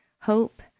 hope